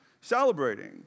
celebrating